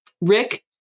Rick